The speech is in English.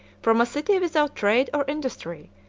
from a city without trade or industry,